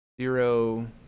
Zero